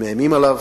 ומאיימים עליו,